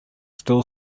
still